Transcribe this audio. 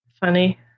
funny